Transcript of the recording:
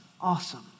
Awesome